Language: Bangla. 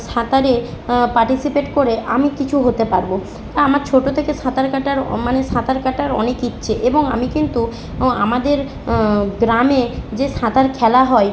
সাঁতারে পার্টিসিপেট করে আমি কিছু হতে পারব আমার ছোটো থেকে সাঁতার কাটার ও মানে সাঁতার কাটার অনেক ইচ্ছে এবং আমি কিন্তু ও আমাদের গ্রামে যে সাঁতার খেলা হয়